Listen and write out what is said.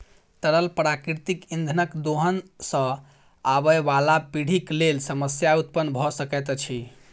तरल प्राकृतिक इंधनक दोहन सॅ आबयबाला पीढ़ीक लेल समस्या उत्पन्न भ सकैत अछि